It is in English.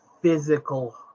physical